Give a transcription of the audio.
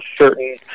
certain